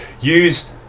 use